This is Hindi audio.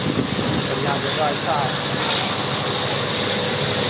बढ़ियाँ जगह अच्छा है और